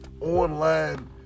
online